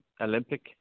Olympic